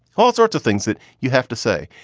all sorts of things that you have to say.